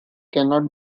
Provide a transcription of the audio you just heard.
cannot